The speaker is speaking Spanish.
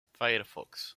firefox